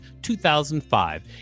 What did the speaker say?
2005